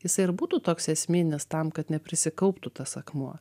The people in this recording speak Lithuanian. jisai ir būtų toks esminis tam kad neprisikauptų tas akmuo